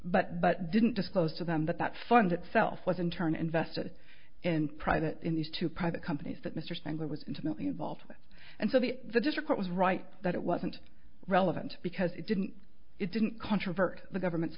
but but didn't disclose to them that that fund itself was in turn invested in private in these two private companies that mr sanger was intimately involved with and so the the difficult was right that it wasn't relevant because it didn't it didn't controvert the government's